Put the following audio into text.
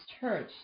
church